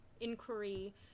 inquiry